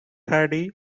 hardy